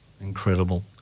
Incredible